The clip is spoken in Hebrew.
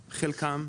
חלקם,